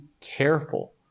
careful